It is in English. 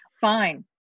Fine